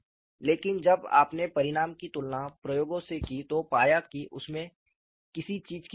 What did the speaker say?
लेकिन जब आपने परिणाम की तुलना प्रयोगों से की तो पाया कि उसमें किसी चीज की कमी थी